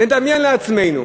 נדמיין לעצמנו